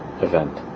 event